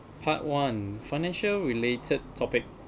part one financial related topic